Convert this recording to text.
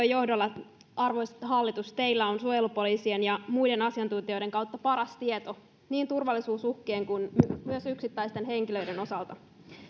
johdolla arvoisa hallitus teillä on suojelupoliisien ja muiden asiantuntijoiden kautta paras tieto niin turvallisuusuhkien kuin myös yksittäisten henkilöiden osalta